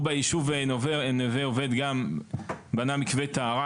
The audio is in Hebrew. והוא ביישוב נווה עובד גם בנה מקווה טהרה